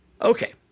Okay